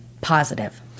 positive